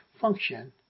function